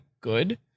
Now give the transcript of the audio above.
good